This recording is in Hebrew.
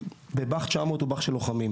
בא"ח 900 הוא בא"ח של לוחמים,